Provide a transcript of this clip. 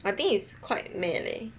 I think is quite meh leh